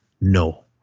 No